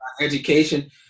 education